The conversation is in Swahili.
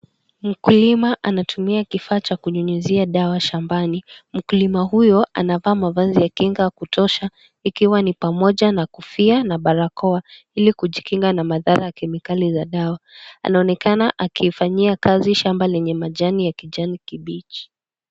Mkulima anatumia kifaa cha kunyunyizia dawa shambani mkulima huyo anavaa mavazi ya kinga kutosha ikiwa ni pamoja na kofia na barakoa ili kujikinga na madhara ya kemikali za dawa anaonekana akifanyia kazi shamba lenye majani ya kijani kibichi.